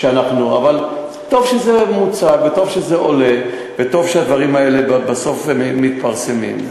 אבל טוב שזה מוצג וטוב שזה עולה וטוב שהדברים האלה בסוף מתפרסמים.